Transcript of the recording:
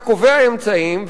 אתה קובע אמצעים,